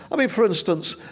i mean, for instance,